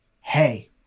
hey